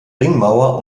ringmauer